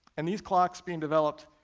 and these clocks being developed